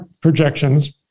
projections